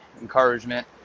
encouragement